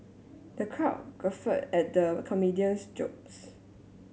the crowd guffawed at the comedian's jokes